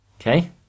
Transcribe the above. Okay